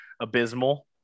abysmal